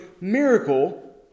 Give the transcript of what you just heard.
miracle